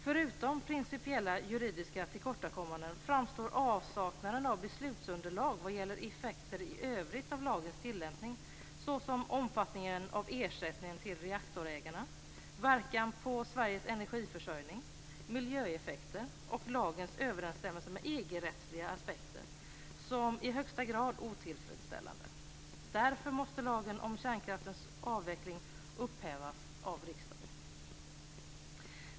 Förutom principiella juridiska tillkortakommanden framstår avsaknaden av beslutsunderlag vad gäller effekter i övrigt av lagens tillämpning, såsom omfattningen av ersättning till reaktorägarna, verkan på Sveriges energiförsörjning, miljöeffekter och lagens överensstämmelse med EG-rättsliga aspekter, som i högsta grad otillfredsställande. Därför måste lagen om kärnkraftens avveckling upphävas av riksdagen.